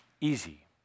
easy